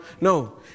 No